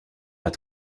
pas